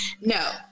No